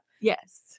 Yes